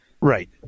right